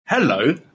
Hello